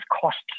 costs